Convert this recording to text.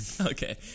Okay